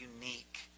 unique